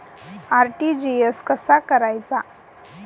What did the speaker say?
RTGS कसा करायचा?